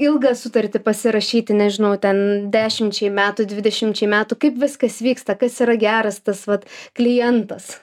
ilgą sutartį pasirašyti nežinau ten dešimčiai metų dvidešimčiai metų kaip viskas vyksta kas yra geras tas vat klientas